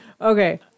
okay